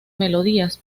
melodías